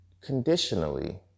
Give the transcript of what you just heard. conditionally